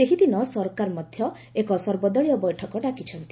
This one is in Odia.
ସେହିଦିନ ସରକାର ମଧ୍ୟ ଏକ ସର୍ବଦଳୀୟ ବୈଠକ ଡାକିଛନ୍ତି